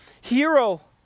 hero